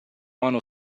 mano